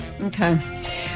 Okay